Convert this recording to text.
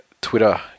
Twitter